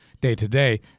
day-to-day